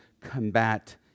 combat